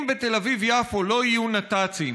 אם בתל אביב-יפו לא יהיו נת"צים,